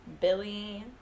Billy